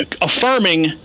affirming